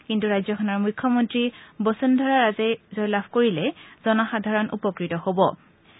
কিন্তু ৰাজ্যখনৰ মুখ্যমন্ত্ৰী বসুন্ধৰাই জয়লাভ কৰিলে জনসাধাৰণ উপকৃত হ'ব পাৰিব